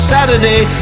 Saturday